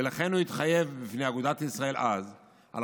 ולכן הוא התחייב בפני אגודת ישראל אז על